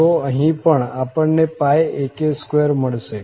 તો અહીં પણ આપણને ak2 મળશે